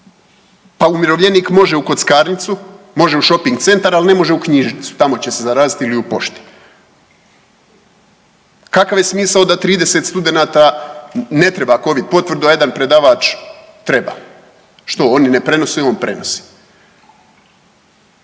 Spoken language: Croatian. Pa umirovljenik može u kockarnicu, može u šoping centar, al ne može u knjižnicu, tamo će se zarazit ili u pošti. Kakav je smisao da 30 studenata ne treba covid potvrdu, a jedan predavač treba, što oni ne prenose, on prenosi?